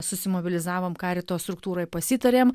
susimobilizavom karito struktūrai pasitarėm